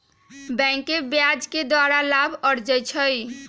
बैंके ब्याज के द्वारा लाभ अरजै छै